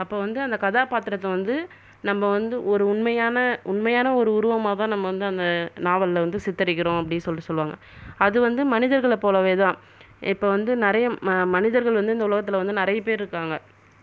அப்போ வந்து அந்த கதாபாத்திரத்த வந்து நம்ம வந்து ஒரு உண்மையான உண்மையான ஒரு உருவமாக தான் நம்ம வந்து இந்த நாவலில் சித்தரிக்கிறோம் அப்படி சொல்லிட்டு சொல்வாங்கள் அது வந்து மனிதர்களை போலவே தான் இப்போ வந்து நிறைய மனிதர்கள் வந்து இந்த உலகத்தில் வந்து நிறைய பேர் இருக்காங்கள்